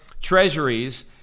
treasuries